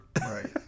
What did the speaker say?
Right